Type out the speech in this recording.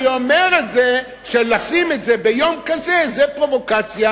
אני אומר שלשים את זה ביום כזה זאת פרובוקציה.